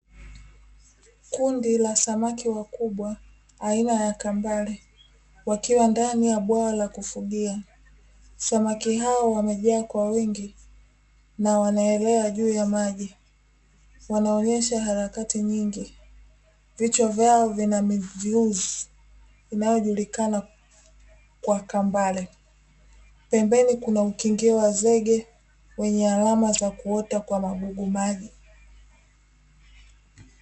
Kundi la samaki wakubwa aina ya kambare wakiwa ndani ya bwawa la kufugia. Samaki hao wamejaa kwa wingi na wameelea juu ya maji, wanaonesha harakati nyingi. Vichwa vyao vina minyuzi inayojulikana kwa kambare, pembeni kuna ukingio wa zege wenye alama za kuota kwa magugu maji.